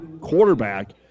quarterback